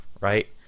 right